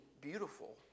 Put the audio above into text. beautiful